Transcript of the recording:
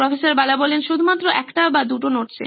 প্রফ্ বালা শুধুমাত্র একটা বা দুটো নোটসে